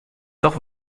doch